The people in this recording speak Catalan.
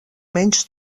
menys